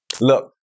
Look